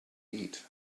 eat